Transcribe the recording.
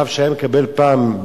רב שהיה מקבל פעם,